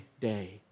day